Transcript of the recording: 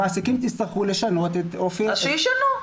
המעסיקים יצטרכו לשנות את אופי --- שישנו.